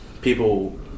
people